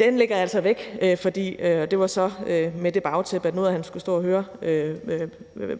den lægger jeg altså væk. Det var så med det bagtæppe, at nu havde han skullet stå og høre